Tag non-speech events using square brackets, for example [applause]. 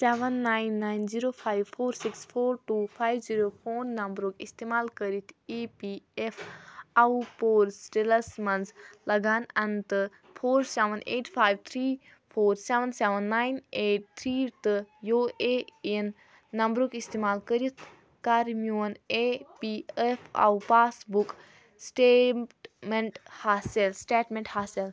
seven nine nine zero five four six four two five zero phone نَمبرُک اِستعمال کٔرِتھ E P F O پورسِٹِلَس منٛز لَگان اَن تہٕ four seven eight five three four seven seven nine eight three تہٕ یوٗ اے اِن نَمبرُک اِستعمال کٔرِتھ کَر میون E P F O pass book statement [unintelligible] statement حاصِل